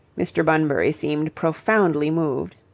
mr. bunbury seemed profoundly moved.